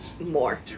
more